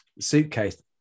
suitcase